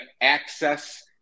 access